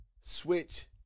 switch